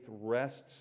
rests